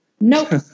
Nope